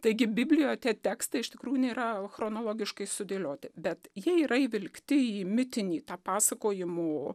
taigi biblijoj tie tekstai iš tikrųjų nėra chronologiškai sudėlioti bet jie yra įvilkti į mitinį tą pasakojimo